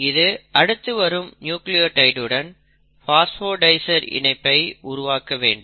இது அடுத்து வரும் நியூக்ளியோடைடுடன் பாஸ்போடைஸ்டர் இணைப்பை உருவாக்க வேண்டும்